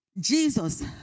Jesus